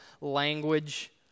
language